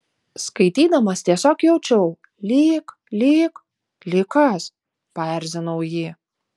skaitydamas tiesiog jaučiau lyg lyg lyg kas paerzinau jį